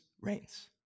reigns